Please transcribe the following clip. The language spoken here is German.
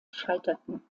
scheiterten